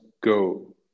go